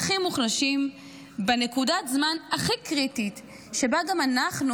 הכי מוחלשים בנקודת זמן הכי קריטית שבה גם אנחנו,